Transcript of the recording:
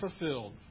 fulfilled